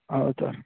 ಹೌದ್ ಸರ್